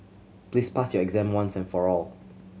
please pass your exam once and for all